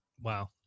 Wow